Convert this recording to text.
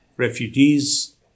Refugees